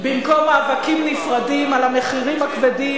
במקום מאבקים נפרדים על המחירים הכבדים,